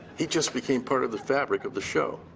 he just became part of the fabric of the show.